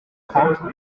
trente